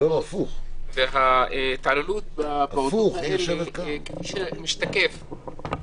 וההתעללות והטיפול כפי שמשתקף,